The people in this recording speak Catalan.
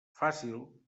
fàcil